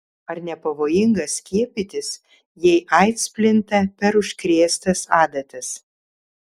ar nepavojinga skiepytis jei aids plinta per užkrėstas adatas